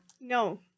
No